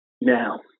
now